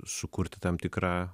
sukurti tam tikrą